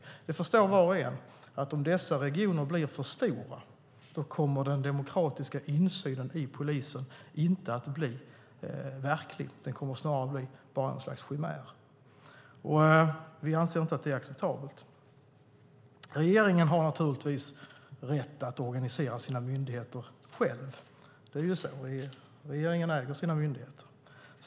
Var och en förstår att om dessa regioner blir för stora kommer den demokratiska insynen i polisen inte att bli verklig. Den kommer snarare att bli ett slags chimär. Vi anser att det inte är acceptabelt. Regeringen har naturligtvis rätt att organisera sina myndigheter själv. Regeringen äger ju sina myndigheter.